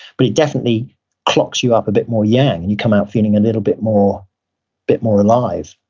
but it definitely clocks you up a bit more yang and you come out feeling a little bit more bit more alive,